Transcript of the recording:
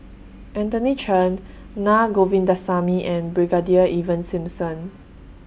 Anthony Chen Naa Govindasamy and Brigadier Ivan Simson